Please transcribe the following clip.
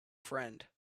friend